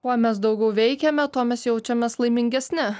kuo mes daugiau veikiame tuo mes jaučiamės laimingesni